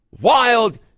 wild